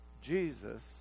Jesus